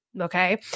okay